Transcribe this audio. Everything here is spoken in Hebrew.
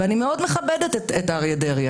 ואני מאוד מכבדת את אריה דרעי,